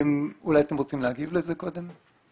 אולי אתם רוצים להגיב לזה קודם?